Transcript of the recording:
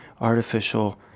artificial